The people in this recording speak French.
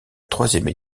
troisième